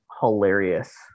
hilarious